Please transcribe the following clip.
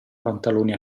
pantaloni